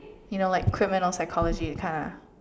you know like criminal psychology that kinda